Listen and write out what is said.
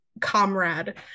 comrade